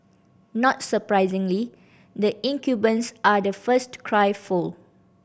not surprisingly the incumbents are the first to cry foul